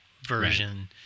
version